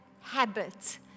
habit